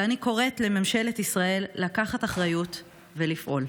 ואני קוראת לממשלת ישראל לקחת אחריות ולפעול.